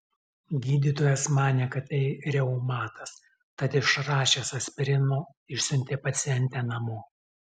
gydytojas manė kad tai reumatas tad išrašęs aspirino išsiuntė pacientę namo